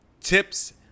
tips